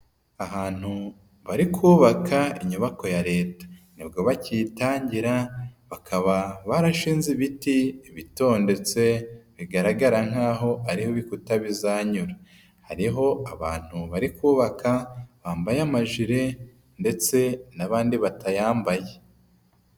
Ahantu bari kubaka inyubako ya leta nibwo bakiyitangira bakaba barashinze ibiti bitondetse bigaragara nk'aho ari ho ibikuta bizanyura, hariho abantu bari kubaka bambaye amajile ndetse n'abandi batayambaye.